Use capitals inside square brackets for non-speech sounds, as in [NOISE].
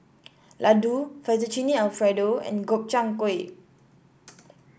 Ladoo Fettuccine Alfredo and Gobchang Gui [NOISE]